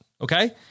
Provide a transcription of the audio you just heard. okay